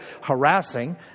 harassing